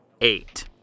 eight